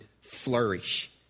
flourish